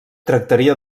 tractaria